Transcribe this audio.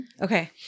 Okay